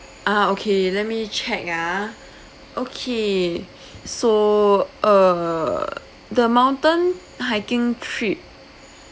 ah okay let me check ah okay so uh the mountain hiking trip